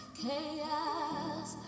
chaos